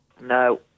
No